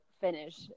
finish